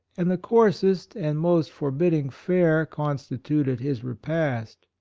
and the coarsest and most forbidding fare consti tuted his repast.